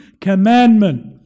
commandment